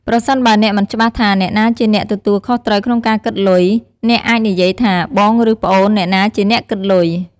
ប្រសិនបើអ្នកមិនច្បាស់ថាអ្នកណាជាអ្នកទទួលខុសត្រូវក្នុងការគិតលុយ អ្នកអាចនិយាយថា "បងឬប្អូនអ្នកណាជាអ្នកគិតលុយ?"។